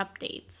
updates